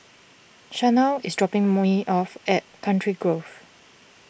Shaunna is dropping me off at Country Grove